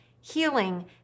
healing